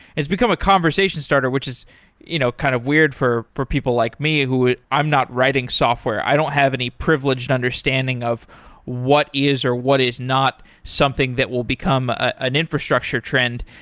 it's become a conversation starter, which is you know kind of weird for for people like me who i'm not writing software. i don't have any privilege and understanding of what is or what is not something that will become an infrastructure trend.